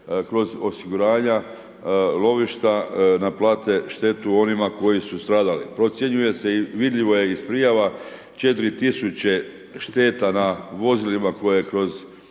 kroz osiguranja lovišta naplate štetu onima koji su stradali. Procjenjuje se i vidljivo je iz prijava 4000 šteta na vozilima koje kroz